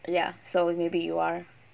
ya so maybe you are